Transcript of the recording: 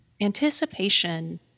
Anticipation